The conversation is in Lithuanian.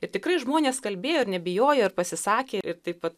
ir tikrai žmonės kalbėjo ir nebijojo ir pasisakė ir taip pat